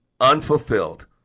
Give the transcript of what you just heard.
unfulfilled